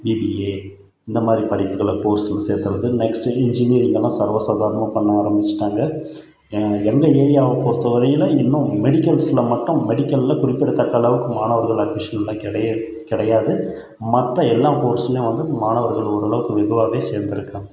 BBA இந்த மாதிரி படிப்புகளை கோர்ஸில் சேர்க்கறது நெக்ஸ்ட்டு வந்து இன்ஜினீயரிங் எல்லாம் சர்வ சாதாரணமாக பண்ண ஆரம்பித்துட்டாங்க எங்கள் ஏரியாவை பொறுத்த வரையிலும் இன்னும் மெடிக்கல்ஸில் மட்டும் மெடிக்கலில் குறிப்பிடத்தக்க அளவுக்கு மாணவர்கள் அட்மிஷன்லாம் கிடையவே கிடையாது மற்ற எல்லா கோர்ஸ்லேயும் வந்து மாணவர்கள் ஓரளவுக்கு இதுவாகவே சேர்ந்திருக்காங்க